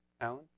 Alan